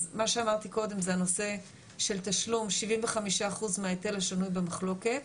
אז מה שאמרתי קודם זה הנושא של תשלום 75% מההיטל השנוי במחלוקת.